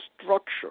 structure